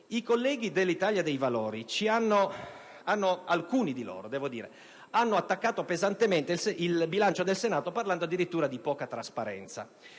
colleghi dell'Italia dei Valori hanno attaccato pesantemente il bilancio del Senato, parlando addirittura di poca trasparenza.